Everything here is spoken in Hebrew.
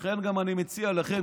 לכן אני גם מציע לך,